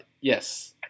yes